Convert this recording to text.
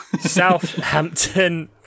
Southampton